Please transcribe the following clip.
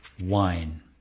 wine